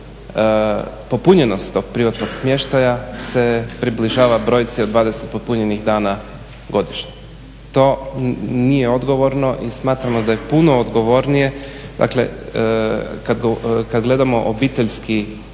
popunjenost tog privatnog smještaja se približava brojci od 20 punjenih dana u godišnje. To nije odgovorno i smatramo da je puno odgovornije kada gledamo obiteljski smještaj,